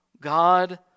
God